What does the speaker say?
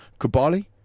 Kabali